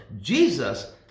Jesus